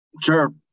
Sure